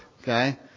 okay